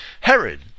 Herod